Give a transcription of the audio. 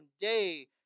day